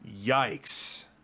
Yikes